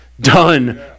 done